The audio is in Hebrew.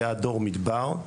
היה דור מדבר,